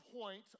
point